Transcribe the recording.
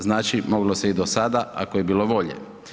Znači moglo se i do sada ako je bilo volje.